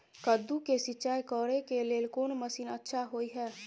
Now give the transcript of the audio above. कद्दू के सिंचाई करे के लेल कोन मसीन अच्छा होय है?